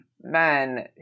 men